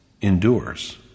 endures